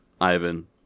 Ivan